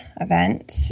event